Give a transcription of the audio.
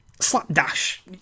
slapdash